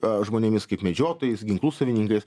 a žmonėmis kaip medžiotojais ginklų savininkais